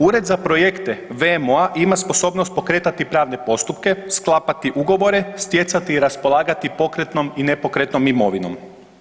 Ured za projekte WMO-a ima sposobnost pokretati pravne postupke, sklapati ugovore, stjecati i raspolagati pokretnom i nepokretnom imovinom.